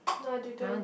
no I didn't